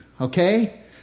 okay